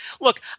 look